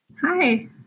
Hi